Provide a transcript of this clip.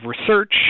research